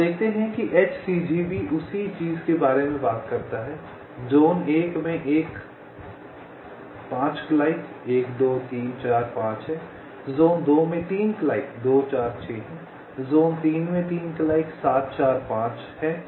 आप देखते हैं कि HCG भी उसी चीज के बारे में बात करता है जोन 1 में एक 5 क्लाइक 1 2 3 4 5 है ज़ोन 2 में 3 क्लाइक 2 4 6 है ज़ोन 3 में 3 क्लाइक 7 4 5 है